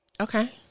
Okay